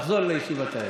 אז בוא נחזור לישיבת האבל,